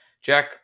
Jack